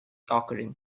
occurring